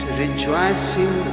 rejoicing